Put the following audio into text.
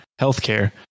healthcare